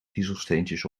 kiezelsteentjes